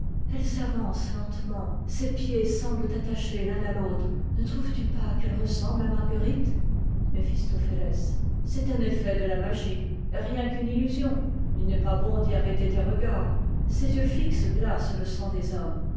eue s'avance lentement ses pieds semblent attachés l'un à l'autre ne trouves-tu pas qu'e e ressemble à marguerite mëphistor heles c'est un effet de la magie rien qu'une illusion il n'est pas bon d'y arrêter tes regards ces yeux fixes glacent le sang des hommes